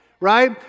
right